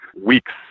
weeks